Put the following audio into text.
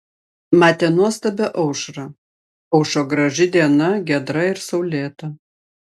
matė nuostabią aušrą aušo graži diena giedra ir saulėta